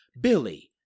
Billy